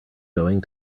going